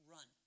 Run